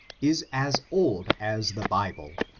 is as old as the bible,